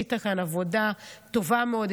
עשית כאן עבודה טובה מאוד,